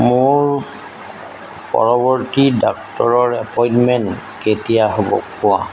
মোৰ পৰৱৰ্তী ডাক্তৰৰ এপইণ্টমেণ্ট কেতিয়া হ'ব কোৱা